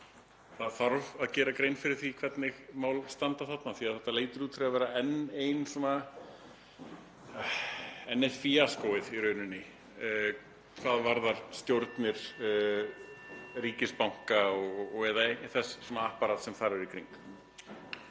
Það þarf að gera grein fyrir því hvernig mál standa þarna því að þetta lítur út fyrir að vera enn eitt fíaskóið í rauninni hvað varðar stjórn ríkisbanka og þess apparats sem þar er í kring.